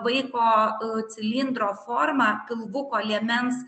vaiko cilindro forma pilvuko liemens